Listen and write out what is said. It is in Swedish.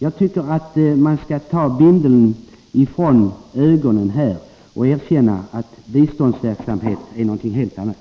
Jag tycker att man skall ta bindeln från ögonen och erkänna att biståndsverksamhet är någonting helt annat.